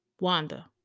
Wanda